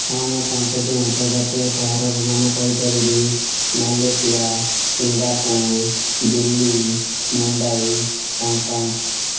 ହଁ ମୁଁ ପାଞ୍ଚଟି ଅନ୍ତର୍ଜାତୀୟ ସହରର ନାମ କହିପାରିବି Malaysia Singapore Delhi Mumbai Hong Kong